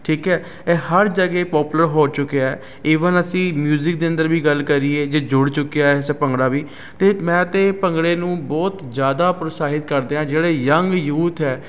ਠੀਕ ਹੈ ਇਹ ਹਰ ਜਗ੍ਹਾ ਪੋਪੂਲਰ ਹੋ ਚੁੱਕਿਆ ਹੈ ਈਵਨ ਅਸੀਂ ਮਿਊਜ਼ਿਕ ਦੇ ਅੰਦਰ ਵੀ ਗੱਲ ਕਰੀਏ ਜੇ ਜੁੜ ਚੁੱਕਿਆ ਹੈ ਵੈਸੇ ਭੰਗੜਾ ਵੀ ਅਤੇ ਮੈਂ ਤਾਂ ਭੰਗੜੇ ਨੂੰ ਬਹੁਤ ਜ਼ਿਆਦਾ ਪ੍ਰਤੋਸ਼ਾਹਿਤ ਕਰਦੇ ਹਾਂ ਜਿਹੜੇ ਯੰਗ ਯੂਥ ਹੈ